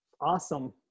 Awesome